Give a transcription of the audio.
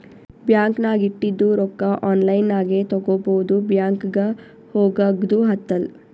bank ನಾಗ್ ಇಟ್ಟಿದು ರೊಕ್ಕಾ ಆನ್ಲೈನ್ ನಾಗೆ ತಗೋಬೋದು ಬ್ಯಾಂಕ್ಗ ಹೋಗಗ್ದು ಹತ್ತಲ್